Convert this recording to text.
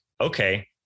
okay